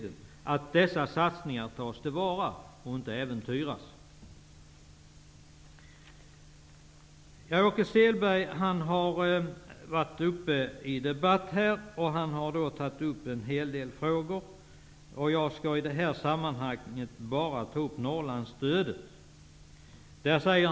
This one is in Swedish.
Det är då väldigt angeläget att dessa satsningar tas till vara och inte äventyras. Åke Selberg har i debatten tagit upp en hel del frågor. Jag skall i det här sammanhanget bara kommentera det han sade om Norrlandsstödet.